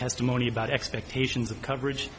testimony about expectations of coverage